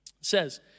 says